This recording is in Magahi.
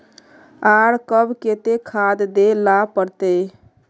आर कब केते खाद दे ला पड़तऐ?